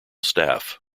staff